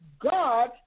God